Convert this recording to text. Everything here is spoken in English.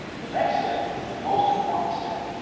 the next step is the most important step,